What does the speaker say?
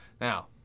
now